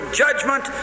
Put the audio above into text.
judgment